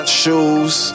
shoes